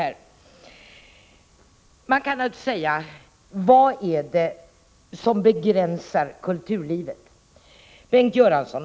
Man kan naturligtvis fråga sig: Vad är det som begränsar kulturlivet? Bengt Göransson!